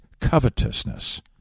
covetousness